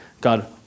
God